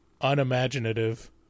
unimaginative